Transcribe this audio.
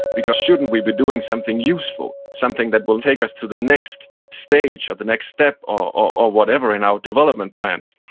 because shouldn't we be doing something useful? something that will take us to the next stage or the next step or whatever in our development plans?